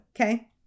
Okay